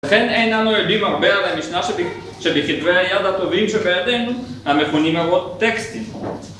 לכן אין אנו יודעים הרבה על המשנה שבכתבי היד הטובים שבידינו המכונים טקסטים